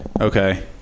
Okay